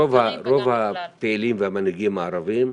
רוב הפעילים והמנהיגים הערבים,